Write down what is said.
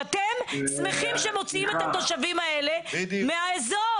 שאתם שמחים שמוציאים את התושבים האלה מהאזור.